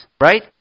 right